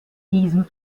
diesem